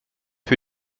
für